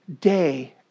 day